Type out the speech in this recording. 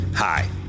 Hi